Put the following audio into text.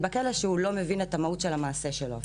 בכלא שהוא לא מבין אפילו את המהות של המעשה שלו.